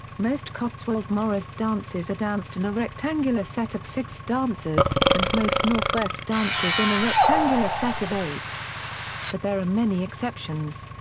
most cotswold morris dances are danced in a rectangular set of six dancers, and most northwest dances in a rectangular set of eight but there are many exceptions.